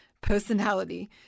personality